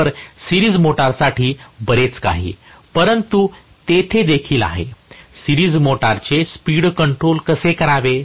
तर सिरीज मोटरसाठी बरेच काही परंतु तेथे देखील आहे सिरीज मोटरचे स्पीड कंट्रोल कसे करावे